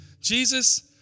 Jesus